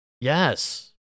Yes